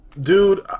dude